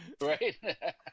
Right